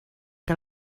que